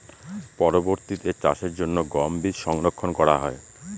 পরবর্তিতে চাষের জন্য গম বীজ সংরক্ষন করা হয়?